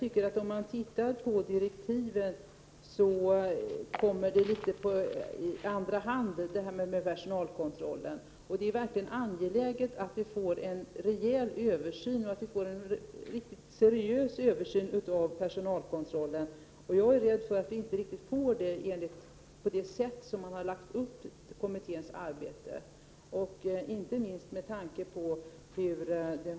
Eftersom löneklyftorna mellan högst och lägst avlönad är större på den privata marknaden än inom den offentliga sektorn, finns det en risk att de lägst avlönade inom den statliga sektorn får en sämre löneutveckling än de högst avlönade, och att löneskillnaderna blir större även inom det statliga området.